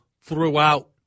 throughout